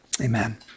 amen